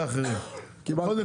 קודם